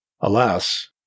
Alas